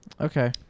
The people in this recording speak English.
Okay